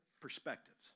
perspectives